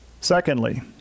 Secondly